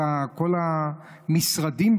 כל המשרדים,